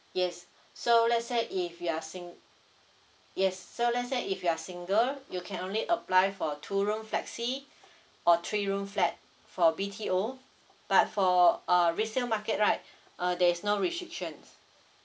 yes so let's say if you are sing~ yes so let's say if you are single you can only apply for a two room flexi or three room flat for B_T_O but for uh resale market right uh there is no restrictions